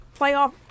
playoff